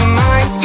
mind